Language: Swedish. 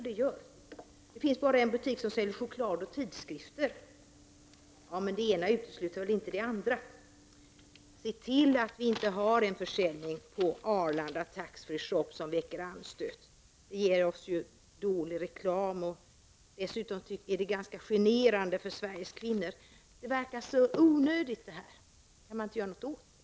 Det finns bara en butik som säljer choklad och tidskrifter, sägs det. Men det ena utesluter väl inte det andra? Se till att vi inte har en försäljning i Arlandas tax-free-shop som väcker anstöt! Det ger oss dålig reklam. Dessutom är det ganska generande för Sveriges kvinnor. Det verkar så onödigt, det här. Kan man inte göra någonting åt det?